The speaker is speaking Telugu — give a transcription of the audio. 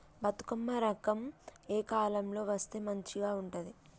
బతుకమ్మ రకం ఏ కాలం లో వేస్తే మంచిగా ఉంటది?